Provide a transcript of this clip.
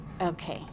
Okay